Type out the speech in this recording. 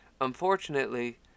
Unfortunately